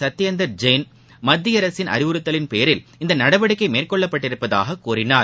சத்யேந்தர் ஜெயின் மத்திய அரசின் அறிவுறத்தலின் பேரில் இந்த நடவடிக்கை மேற்கொள்ளப்பட்டுள்ளதாக கூறினார்